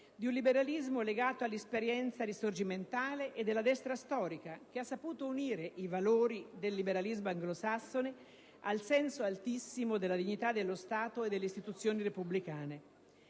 di un liberalismo legato all'esperienza risorgimentale e della destra storica, che ha saputo unire i valori del liberalismo anglosassone al senso altissimo della dignità dello Stato e delle istituzioni repubblicane.